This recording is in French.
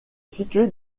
située